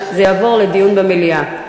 זה יעבור לדיון במליאה.